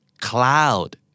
Cloud